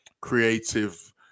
creative